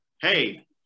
Hey